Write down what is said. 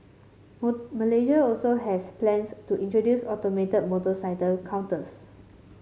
Malaysia also has plans to introduce automated motorcycle counters